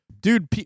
dude